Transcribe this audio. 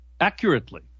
accurately